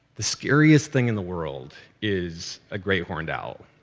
the scariest thing in the world is a great horned owl,